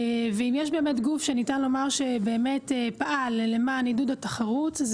אם יש באמת גוף שניתן לומר שפעל למען עידוד התחרות,